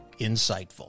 Insightful